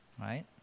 right